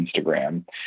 Instagram